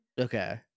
Okay